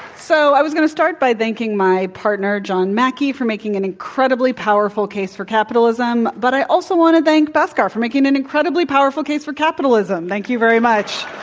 so, i was going to start by thanking my partner, john mackey, for making an incredibly powerful case for capitalism, but i also want to thank bhaskar for making an incredibly powerful case for capitalism. thank you very much.